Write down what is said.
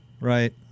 right